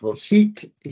heat